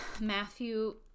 Matthew